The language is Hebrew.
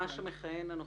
היועץ המשפטי הנוכחי.